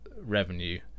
revenue